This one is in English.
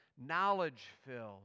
knowledge-filled